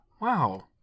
Wow